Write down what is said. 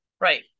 Right